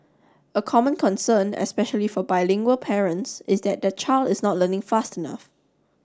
a common concern especially for bilingual parents is that their child is not learning fast enough